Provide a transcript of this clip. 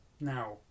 Now